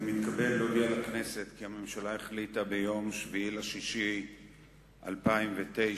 אני מתכבד להודיע לכנסת כי הממשלה החליטה ביום 7 ביוני 2009,